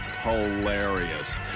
hilarious